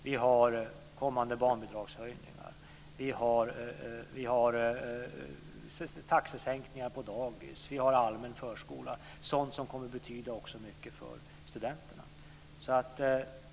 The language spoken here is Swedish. Vi har kommande barnbidragshöjningar, vi har taxesänkningar på dagis, vi har allmän förskola, sådant som också kommer att betyda mycket för studenterna.